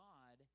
God